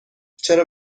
چرا